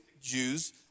Jews